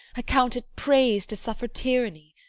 account it praise to suffer tyranny?